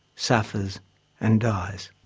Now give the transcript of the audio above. suffers and dies.